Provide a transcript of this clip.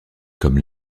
comme